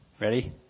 Ready